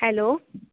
hello